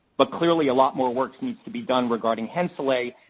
but clearly a lot more work needs to be done regarding henselae.